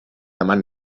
amant